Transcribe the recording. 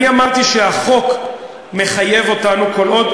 אני אמרתי שהחוק מחייב אותנו כל עוד,